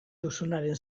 duzubaren